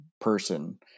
person